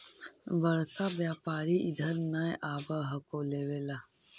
बड़का व्यापारि इधर नय आब हको लेबे ला?